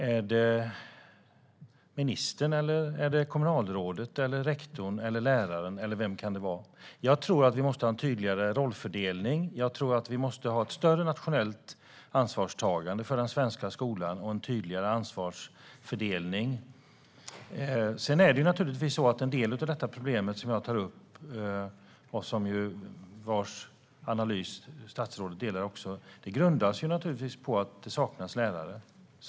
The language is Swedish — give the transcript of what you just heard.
Är det ministern, kommunalrådet, rektorn eller läraren? Vem kan det vara? Jag tror att vi måste ha en tydligare rollfördelning, ett större nationellt ansvarstagande för den svenska skolan och en tydligare ansvarsfördelning. En del av det problem jag tar upp och där statsrådet delar min analys grundar sig naturligtvis i att det saknas lärare.